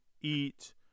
eat